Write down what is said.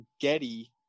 Getty